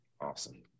Awesome